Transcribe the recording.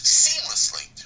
seamlessly